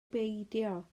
beidio